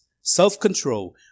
self-control